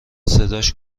صداش